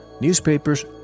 newspapers